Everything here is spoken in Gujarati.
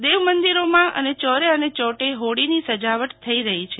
દેવમંખિરોમાં અને ચોરે અને ચૌટે હોળીની સજાવટ થઈ રહી છે